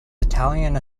italian